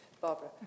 Barbara